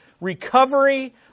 recovery